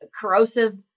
corrosive